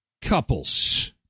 couples